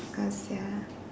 cause ya